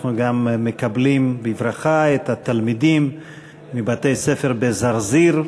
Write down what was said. אנחנו מקבלים בברכה את התלמידים מבתי-ספר בזרזיר,